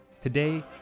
Today